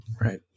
right